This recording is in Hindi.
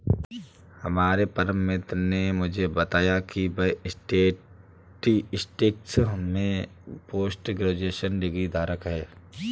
हमारे परम मित्र ने मुझे बताया की वह स्टेटिस्टिक्स में पोस्ट ग्रेजुएशन डिग्री धारक है